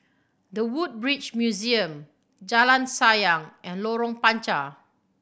The Woodbridge Museum Jalan Sayang and Lorong Panchar